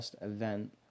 event